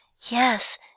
Yes